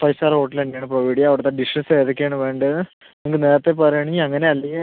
five star hotel തന്നെ ആണ് provide ചെയ്യുക അവിടത്തെ ഡിഷസ് ഏതൊക്കെയാണ് വേണ്ടതെന്ന് നിങ്ങൾക്ക് നേരത്തെ പറയണമെങ്കിൽ അങ്ങനെ അല്ലേ